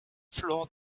floor